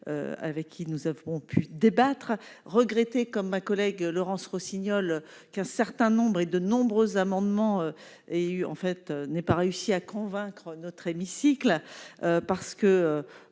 avec qui nous avons pu débattre regretter comme ma collègue Laurence Rossignol, qu'un certain nombre et de nombreux amendements et en fait, n'aient pas réussi à convaincre notre hémicycle parce que